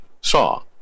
saw